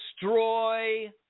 destroy